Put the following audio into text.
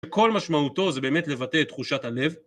כל משמעותו זה באמת לבטא את תחושת הלב.